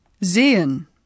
sehen